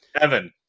Evan